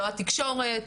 לא התקשורת,